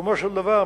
בסיכומו של דבר,